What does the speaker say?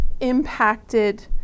impacted